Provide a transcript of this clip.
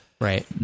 Right